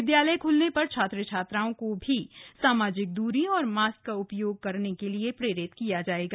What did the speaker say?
विद्यालय खुलने पर छात्र छात्राओं को भी सामाजिक दूरी और मास्क का उपयोग करने के लिए प्रेरित किया जाएगा